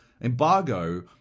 Embargo